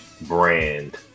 brand